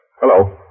Hello